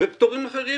ופטורים אחרים